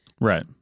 Right